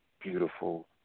beautiful